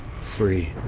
free